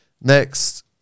Next